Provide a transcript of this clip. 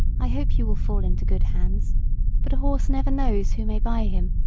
i hope you will fall into good hands but a horse never knows who may buy him,